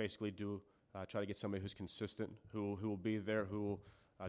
basically do try to get someone who's consistent who who will be there who